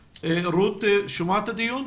רות את שומעת את הדיון?